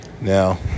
Now